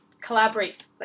collaborate